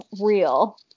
real